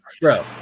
Bro